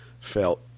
felt